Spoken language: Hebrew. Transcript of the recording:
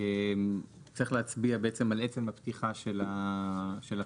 צריך להצביע בעצם על עצם הפתיחה של הפסקה